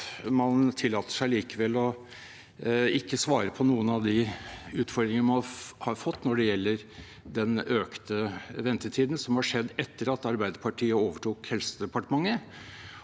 Man tillater seg likevel å ikke svare på noen av de utfordringene man har fått når det gjelder den økte ventetiden som har skjedd etter at Arbeiderpartiet overtok Helsedepartementet.